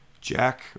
jack